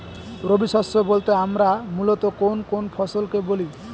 রবি শস্য বলতে আমরা মূলত কোন কোন ফসল কে বলি?